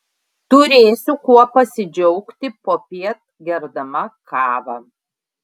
turėsiu kuo pasidžiaugti popiet gerdama kavą